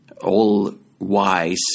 all-wise